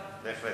לך,